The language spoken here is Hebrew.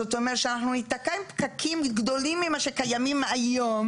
זאת אומרת שאנחנו ניתקע עם פקקים גדולים ממה שקיימים היום,